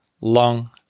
long